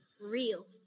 Real